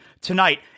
tonight